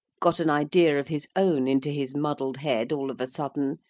got an idea of his own into his muddled head all of a sudden,